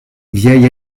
vieille